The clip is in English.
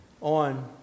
on